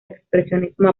expresionismo